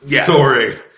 story